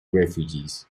refugees